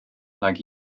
nag